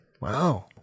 Wow